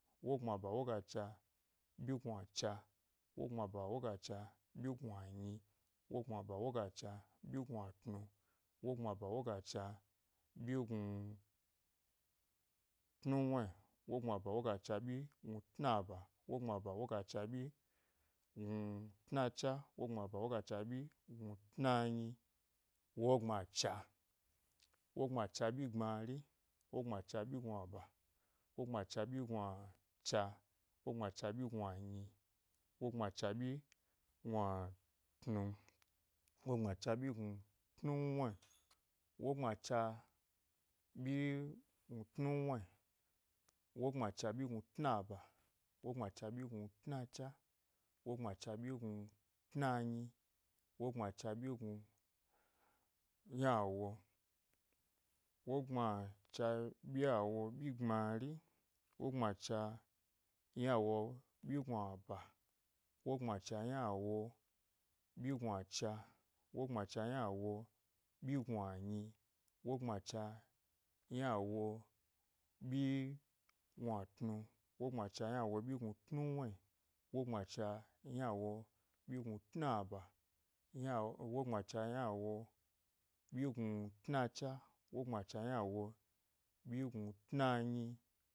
Wogbmaba wogacha ɓyi gnuacha, wogbmaba wogacha ɓyi gnuanyi, wogbmaba wogacha ɓyi gnuatnu, wogbmaba wogacha ɓyi gnu-tnuwni, wogbmaba wogacha ɓyi gnu tnaba, wogbmaba wogacha ɓyi gnu tnacha, wogbmaba wogacha ɓyi gnu tnanyi, wogbamacha, wogbmacha ɓyi gbmari, wogbmacha ɓyi gnuaba, wogbmacha ɓyi gnuacha, wogbmacha ɓyi gnua nyi, wogbmacha ɓyi gnuatnu, wogbmacha ɓyi gnu tnu wni, wogbmacha ɓyi gnu tnu wni, wogbmacha ɓyi gnu tnaba, wogbmacha ɓyi gnu tnacha, wogbmacha ɓyi gnu tna nyi, wogbmacha ɓyi gnu ynawo, wogbmacha ɓyiawo ɓyi gbmari, wogbmacha ynawo ɓyi gnuaba, wogbmacha ynawo ɓyi gnuacha, wogbmacha ynawo ɓyi gnuanyi, wogbmacha ynawo ɓyi gnuatnu, wogbmacha ynawo ɓyi gnu tnuwno, wogbmacha ynawo ɓyi gnu tna ba, ynawo wogbmacha ynawo ɓyi gnu tna cha, wogbmacha ynawo ɓyi gnu tna nyi.